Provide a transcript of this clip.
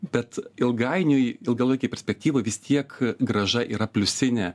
bet ilgainiui ilgalaikėj perspektyvoj vis tiek grąža yra pliusinė